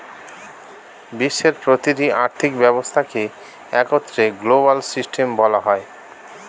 বিশ্বের প্রতিটি আর্থিক ব্যবস্থাকে একত্রে গ্লোবাল সিস্টেম বলা হয়